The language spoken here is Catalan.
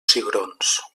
cigrons